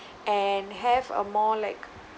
and have a more like